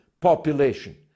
population